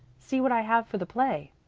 see what i have for the play.